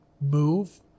move